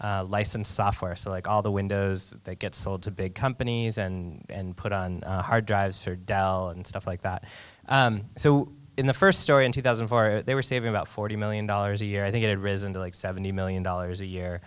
of licensed software so like all the windows they get sold to big companies and put on hard drives for dell and stuff like that so in the first story in two thousand and four they were saving about forty million dollars a year i think it risen to like seventy million dollars a year